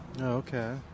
Okay